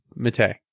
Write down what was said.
Matei